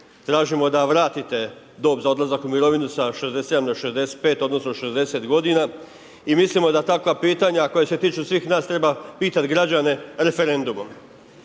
tražimo da vratite dob za odlazak u mirovinu sa 67 na 65, odnosno 60 godina i mislimo da takva pitanja koja se tiču svih nas treba pitat građane referendumom.